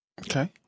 Okay